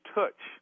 touch